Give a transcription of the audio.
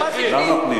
פנים?